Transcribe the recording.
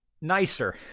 nicer